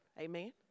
Amen